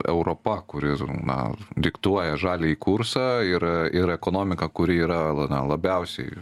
europa kuri na diktuoja žaliąjį kursą ir ir ekonomika kuri yra na labiausiai